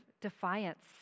defiance